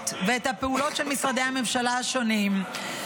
ואת הפעולות של משרדי הממשלה השונים".